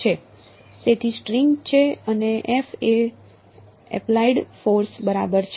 તેથી સ્ટ્રિંગ છે અને F એ એપ્લાઇડ ફોર્સ બરાબર છે